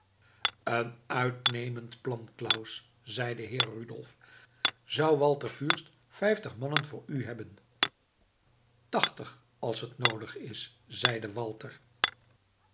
een uitnemend plan claus zeide heer rudolf zou walter fürst vijftig mannen voor u hebben tachtig als het noodig is zeide walter